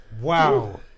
Wow